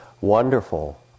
wonderful